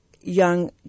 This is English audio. young